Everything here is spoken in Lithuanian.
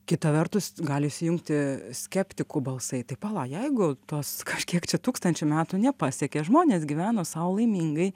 kita vertus gali įsijungti skeptikų balsai tai pala jeigu tos kažkiek tūkstančių metų nepasekė žmonės gyveno sau laimingai